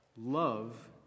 Love